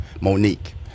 monique